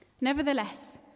Nevertheless